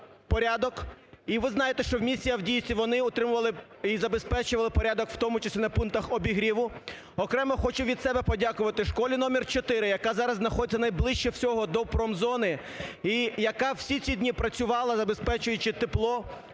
порядок, і ви знаєте, що в місті Авдіївці вони утримували і забезпечували порядок, в тому числі на пунктах обігріву. Окремо хочу від себе подякувати школі номер 4, яка зараз знаходиться найближче всього до промзони і, яка всі ці дні працювала, забезпечуючи тепло